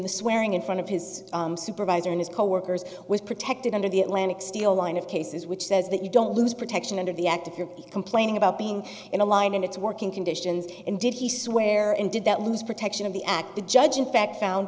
the swearing in front of his supervisor and his coworkers was protected under the atlantic steel line of cases which says that you don't lose protection under the act if you're complaining about being in a line and it's working conditions and did he swear and did that lose protection of the act the judge in fact found